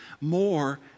more